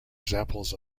examples